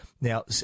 Now